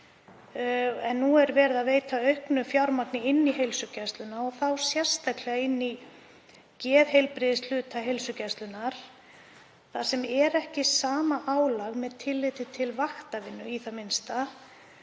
Nú er verið að veita aukið fjármagn inn í heilsugæsluna og þá sérstaklega inn í geðheilbrigðishluta heilsugæslunnar þar sem er ekki sama álag með tilliti til vaktavinnu í það minnsta.